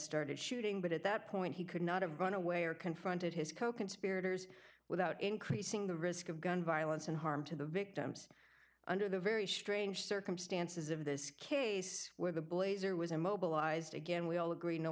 started shooting but at that point he could not have run away or confronted his coconspirators without increasing the risk of gun violence and harm to the victims under the very strange circumstances of this case where the blazer was immobilized again we all agree no